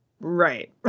Right